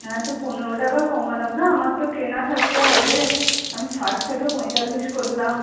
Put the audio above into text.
হ্যাঁ তো পনেরো টাকা কমালাম না আমার তো কেনা থাকতে হবে আমি ষাট থেকে পঁয়তাল্লিশ করলাম